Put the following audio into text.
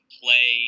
play